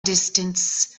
distance